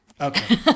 Okay